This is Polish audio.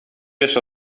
wiesz